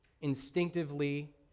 Instinctively